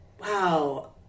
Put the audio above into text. wow